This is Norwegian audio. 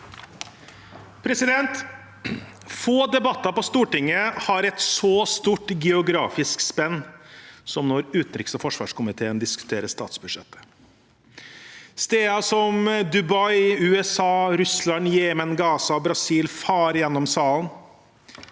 Få debatter på Stortinget har et så stort geografisk spenn som når utenriks- og forsvarskomiteen diskuterer statsbudsjettet. Stedsnavn som Dubai, USA, Russland, Jemen, Gaza og Brasil farer gjennom salen,